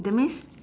that means